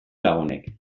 lagunek